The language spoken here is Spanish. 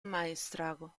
maestrazgo